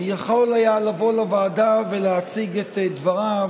יכול היה לבוא לוועדה ולהציג את דבריו,